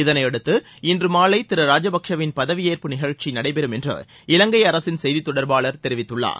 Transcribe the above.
இதனையடுத்து இன்று மாலை திரு ராஜபக்ஷாவின் பதவியேற்பு நிகழ்ச்சி நடைபெறும் என்று இலங்கை அரசின் செய்தி தொடர்பாளர் தெரிவித்துள்ளார்